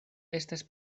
estas